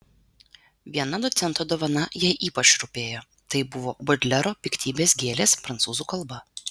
viena docento dovana jai ypač rūpėjo tai buvo bodlero piktybės gėlės prancūzų kalba